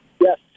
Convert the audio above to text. Yes